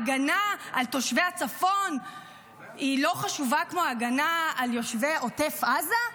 ההגנה על תושבי הצפון לא חשובה כמו ההגנה על יושבי עוטף עזה?